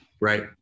Right